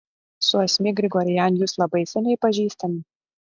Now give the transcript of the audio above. su asmik grigorian jūs labai seniai pažįstami